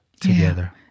together